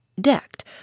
decked